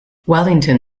wellington